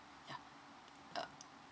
ya uh